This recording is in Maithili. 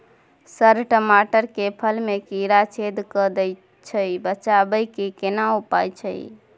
सर टमाटर के फल में कीरा छेद के दैय छैय बचाबै के केना उपाय छैय?